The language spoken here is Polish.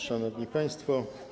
Szanowni Państwo!